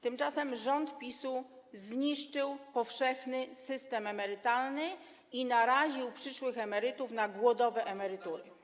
Tymczasem rząd PiS-u zniszczył powszechny system emerytalny i naraził przyszłych emerytów na głodowe emerytury.